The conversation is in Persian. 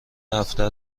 هفته